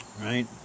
Right